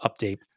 update